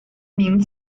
名字